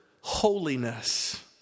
Holiness